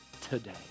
today